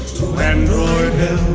android